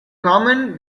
common